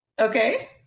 Okay